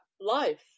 life